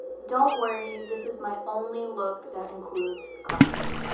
don't worry. this is my only look that includes crocs.